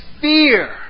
fear